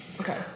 Okay